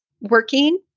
working